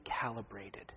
calibrated